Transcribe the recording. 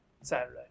Saturday